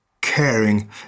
caring